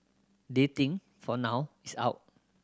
dating for now is out